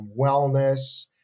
wellness